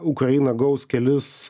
ukraina gaus kelis